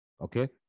Okay